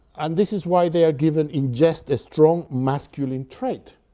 and this is why they are given in jest a strong masculine trait,